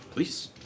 Please